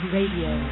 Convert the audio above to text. Radio